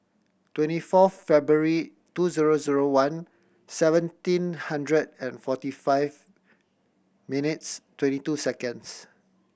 twenty four February two zero zero one seventeen hundred and forty five minutes twenty two seconds